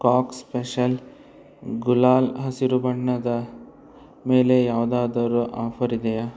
cock special ಗುಲಾಲ್ ಹಸಿರು ಬಣ್ಣದ ಮೇಲೆ ಯಾವುದಾದ್ರೂ ಆಫರ್ ಇದೆಯಾ